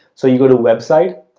so, you go to a website